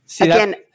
again